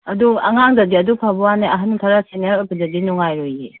ꯑꯗꯣ ꯑꯉꯥꯡꯗꯗꯤ ꯑꯗꯨ ꯐꯕ ꯋꯥꯅꯦ ꯑꯍꯜ ꯈꯔ ꯁꯦꯅꯤꯌꯥꯔ ꯑꯣꯏꯕꯗꯗꯤ ꯅꯨꯡꯉꯥꯏꯔꯣꯏꯌꯦ